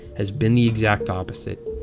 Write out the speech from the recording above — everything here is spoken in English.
has been the exact opposite.